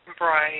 Right